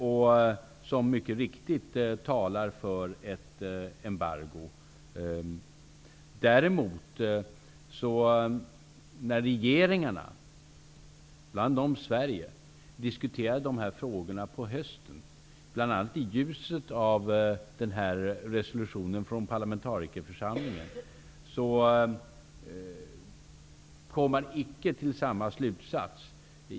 Den talar mycket riktigt för ett embargo. När däremot regeringarna, och bland dem Sveriges regering, diskuterade dessa frågor på hösten, bl.a. i ljuset av resolutionen från parlamentarikerförsamlingen, kom man icke till samma slutsats.